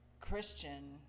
Christian